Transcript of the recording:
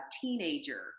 teenager